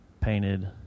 painted